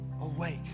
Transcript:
awake